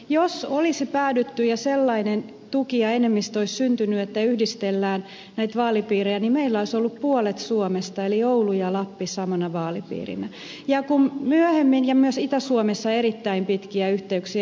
jos olisi päädytty siihen ja sellainen tuki ja enemmistö olisi syntynyt että yhdistellään näitä vaalipiirejä niin meillä olisi ollut puolet suomesta eli oulu ja lappi samana vaalipiirinä ja myös itä suomessa erittäin pitkiä yhteyksiä